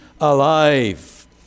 alive